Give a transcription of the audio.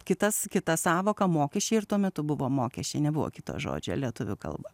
kitas kita sąvoka mokesčiai ir tuo metu buvo mokesčiai nebuvo kito žodžio lietuvių kalba